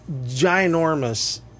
ginormous